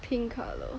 pink colour